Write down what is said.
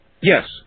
Yes